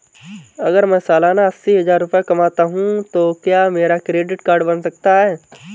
अगर मैं सालाना अस्सी हज़ार रुपये कमाता हूं तो क्या मेरा क्रेडिट कार्ड बन सकता है?